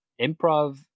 improv